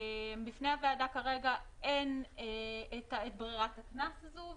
בפני הוועדה כרגע אין את ברירת הקנס הזאת,